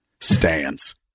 stands